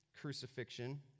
crucifixion